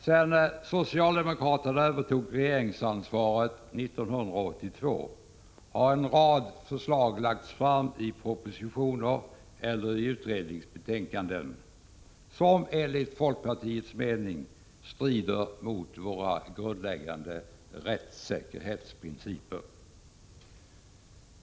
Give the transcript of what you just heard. Sedan socialdemokraterna övertog regeringsansvaret 1982 har i propositioner eller utredningsbetänkanden en rad förslag lagts fram, som enligt folkpartiets mening strider mot våra grundläggande rättssäkerhetsprinciper.